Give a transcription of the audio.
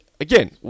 again